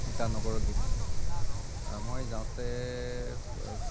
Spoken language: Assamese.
ইটানগৰ গেট মই যাওঁতে